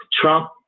Trump